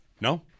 No